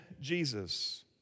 Jesus